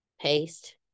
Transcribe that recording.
paste